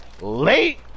Late